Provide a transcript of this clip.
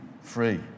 free